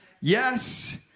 yes